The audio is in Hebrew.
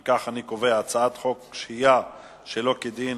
אם כך, אני קובע שהצעת חוק שהייה שלא כדין